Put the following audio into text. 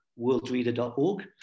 worldreader.org